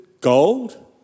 gold